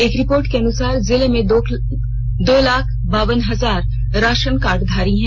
एक रिपोर्ट के अनुसार जिले में दो लाख बावन हजार राशन कार्डधारी हैं